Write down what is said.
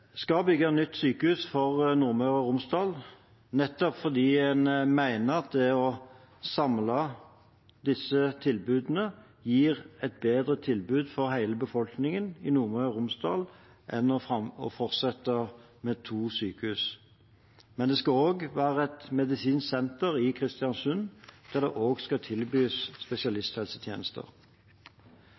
skal bygge nytt sykehus for Nordmøre og Romsdal, nettopp fordi en mener at det å samle disse tilbudene gir et bedre tilbud for hele befolkningen i Nordmøre og Romsdal enn å fortsette med to sykehus. Men det skal også være et medisinsk senter i Kristiansund, der det skal tilbys spesialisthelsetjenester.